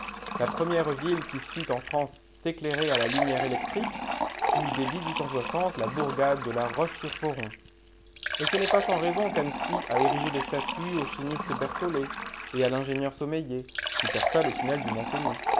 la première ville qui sut en france s'éclairer à la lumière électrique fut dès la bourgade de la roche surforon et ce n'est pas sans raison qu'annecy a érigé des statues au chimiste berthollet et à l'ingénieur sommeiller qui perça le tunnel du mont-cenis